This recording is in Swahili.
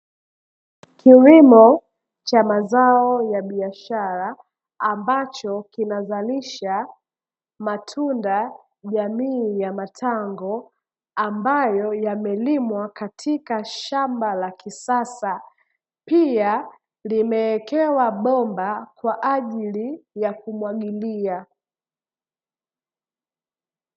Kilimo cha mazao ya biashara ambacho kinazalisha matunda jamii ya matango ambayo yamelimwa katika shamba la kisasa, pia limewekewa bomba kwa ajili ya kumwagilia.